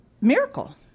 Miracle